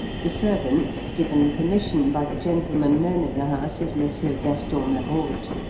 the servants given permission by the gentleman known in the house as monsieur gaston merode,